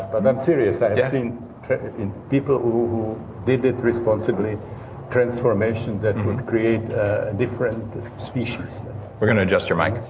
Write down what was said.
but i'm serious, i've seen in people who did it responsibly transformation that would create a different species we're going to adjust your mic